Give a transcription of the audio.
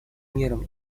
миром